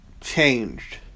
changed